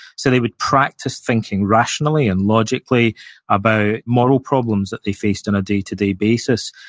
so, they would practice thinking rationally and logically about moral problems that they faced on a day to day basis.